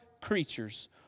creatures